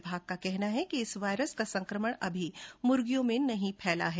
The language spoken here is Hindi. विभाग का कहना है कि इस वायरस का संकमण अभी मुर्गियों में नहीं फैला है